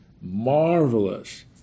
marvelous